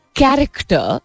character